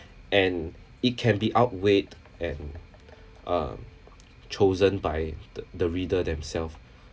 and it can be outweighed and uh chosen by the the reader themself